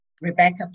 Rebecca